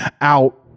out